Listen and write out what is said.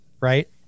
Right